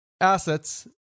assets